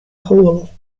whole